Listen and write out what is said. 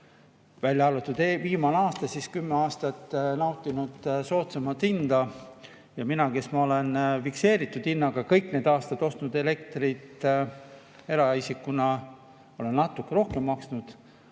välja arvatud viimane aasta, kümme aastat nautinud soodsamat hinda. Mina, kes ma olen fikseeritud hinnaga kõik need aastad ostnud elektrit eraisikuna, olen natuke rohkem maksnud.